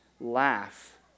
laugh